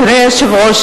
אדוני היושב-ראש,